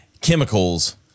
chemicals